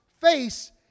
face